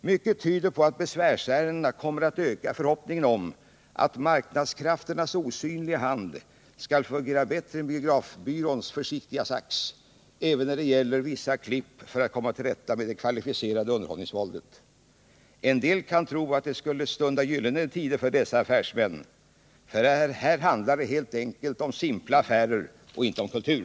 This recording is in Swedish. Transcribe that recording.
Mycket tyder på att besvärsärendena kommer att öka i förhoppningen att marknadskrafternas osynliga hand skall fungera bättre än biografbyråns försiktiga sax även när det gäller vissa klipp för att komma till rätta med det kvalificerade underhållningsvåldet. En del kan tro att det skulle stunda gyllene tider för dessa affärsmän. För här handlar det helt enkelt om simpla affärer och inte om kultur.